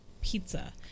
pizza